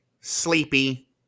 sleepy